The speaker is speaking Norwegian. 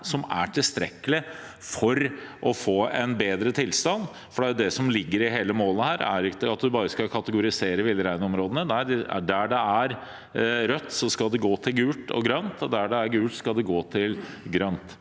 som er tilstrekkelig for å få en bedre tilstand. For det som ligger i hele målet her, er ikke bare at man skal kategorisere villreinområdene. Nei, der det er rødt, skal det gå til gult og grønt, og der det er gult, skal det gå til grønt.